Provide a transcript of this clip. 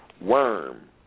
worm